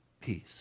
peace